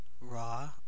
raw